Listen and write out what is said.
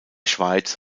schweiz